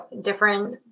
different